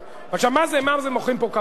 מה זה מוחאים פה כפיים.